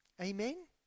Amen